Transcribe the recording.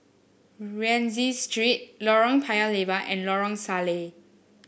Rienzi Street Lorong Paya Lebar and Lorong Salleh